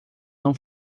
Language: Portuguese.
não